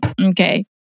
okay